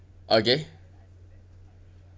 okay